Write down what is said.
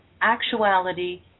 actuality